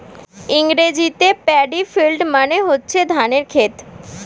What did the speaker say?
ইংরেজিতে paddy field মানে হচ্ছে ধানের ক্ষেত